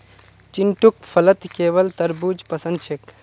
चिंटूक फलत केवल तरबू ज पसंद छेक